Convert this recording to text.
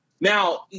Now